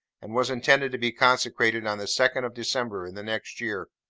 and was intended to be consecrated on the second of december in the next year.